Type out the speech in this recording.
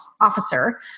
Officer